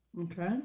okay